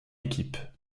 équipe